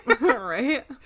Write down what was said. right